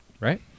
right